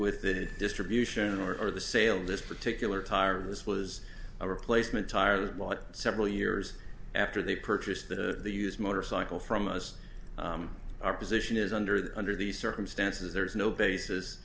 with the distribution or the sale this particular tire this was a replacement tires bought several years after they purchased the used motorcycle from us our position is under the under these circumstances there is no basis